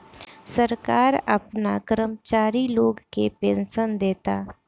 सरकार आपना कर्मचारी लोग के पेनसन देता